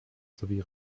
sowie